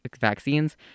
vaccines